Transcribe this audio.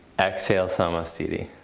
exhale samasthiti.